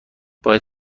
باید